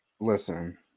Listen